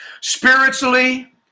Spiritually